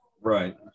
Right